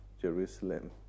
Jerusalem